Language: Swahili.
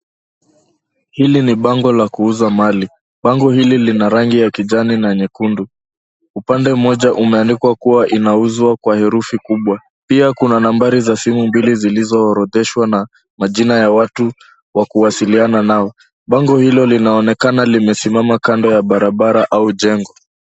Hili ni bango la kuuza mali. Bango hili lina rangi ya kijani na nyekundu. Upande mmoja umeandikwa kuwa inauzwa Kwa herufi kubwa. Pia kuna nambari za simu mbili zilizoorodheshwa na majina ya watu wa kuwasiliana nao. Bango hilo linaonekana limesimama kando ya barabara au jengo.